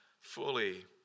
fully